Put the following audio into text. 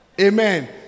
Amen